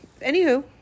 Anywho